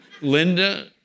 Linda